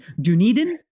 dunedin